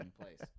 place